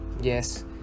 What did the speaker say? Yes